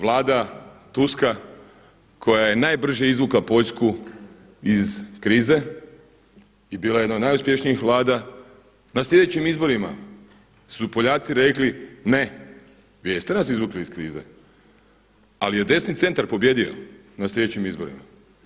Vlada Tuska koji je najbrže izvukla Poljsku iz krize i bila jedna od najuspješnijih vlada na sljedećim izborima su Poljaci rekli ne, vi jeste nas izvukli iz krize, ali je desni centar pobijedio na sljedećim izborima.